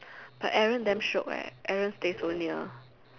but Aaron damn shiok eh Aaron stay so near